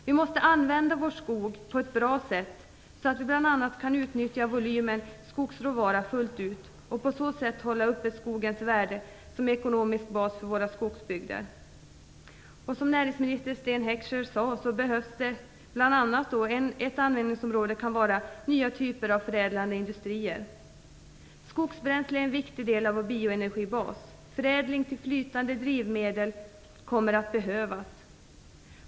Vi måste använda vår skog på ett bra sätt så att vi bl.a. kan utnyttja volymen skogsråvara fullt ut för att på så sätt hålla uppe skogens värde som ekonomisk bas för våra skogsbygder. Som näringsminister Sten Heckscher sade kan ett användningsområde vara nya typer av förädlande industrier. Skogsbränsle är en viktig del av vår bioenergibas. Förädling till flytande drivmedel kommer att behövas.